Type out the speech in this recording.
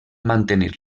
mantenir